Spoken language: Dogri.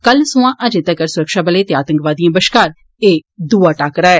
कल सोयां अजे तक्कर सुरक्षाबलें ते आतंकवादिएं बश्कार एह् दुआ टाकरा ऐ